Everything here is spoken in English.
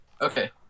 Okay